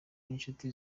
n’inshuti